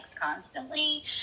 constantly